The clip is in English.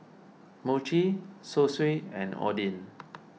Mochi Zosui and Oden